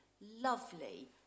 lovely